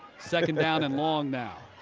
second down and long now.